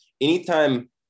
Anytime